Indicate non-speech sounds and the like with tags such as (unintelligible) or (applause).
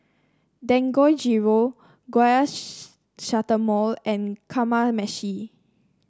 Dangojiru (unintelligible) and Kamameshi